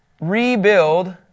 rebuild